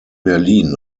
berlin